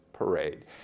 parade